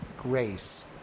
grace